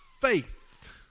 faith